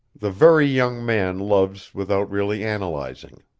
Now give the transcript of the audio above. the very young man loves without really analyzing.